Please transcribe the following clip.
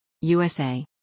USA